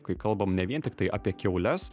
kai kalbam ne vien tiktai apie kiaules